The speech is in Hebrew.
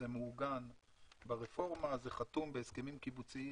זה מעוגן ברפורמה, זה חתום בהסכמים קיבוציים